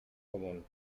común